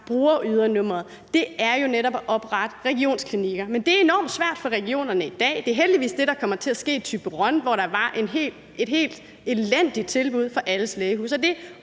bruger ydernumrene, er jo netop at oprette regionsklinikker. Men det er enormt svært for regionerne i dag. Det er heldigvis det, der kommer til at ske i Thyborøn, hvor der var et helt elendigt tilbud fra alles Lægehus. Det